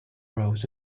rose